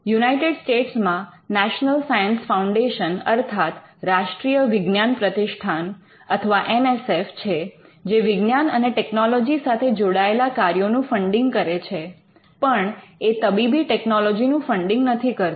United સ્ટેટ્સમાં national science foundation અર્થાત રાષ્ટ્રીય વિજ્ઞાન પ્રતિષ્ઠાન અથવા એન એસ એફ છે જે વિજ્ઞાન અને ટેકનોલોજી સાથે જોડાયેલા કાર્યોનું ફંડિંગ કરે છે પણ એ તબીબી ટેકનોલોજી નું ફંડિંગ નથી કરતું